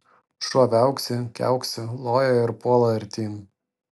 šuo viauksi kiauksi loja ir puola artyn